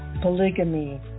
polygamy